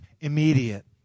immediate